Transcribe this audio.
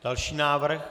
Další návrh.